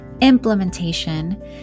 implementation